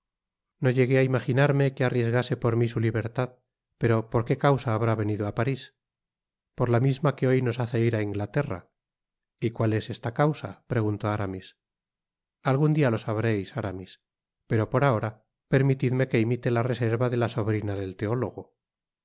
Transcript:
no llegué á imaginarme que arriesgase por mí su libertad pero por qué causa habrá venido á parís por la misma que hoy nos hace ir á inglaterra y cual es esta causa preguntó aramis algun dia lo sabreis aramis pero por ahora permitidme que imite la reserva de la sobrina del teólogo